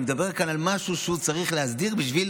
אני מדבר כאן על משהו שצריך להסדיר בשביל